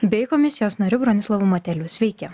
bei komisijos nariu bronislovu mateliu sveiki